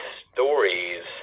stories